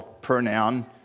pronoun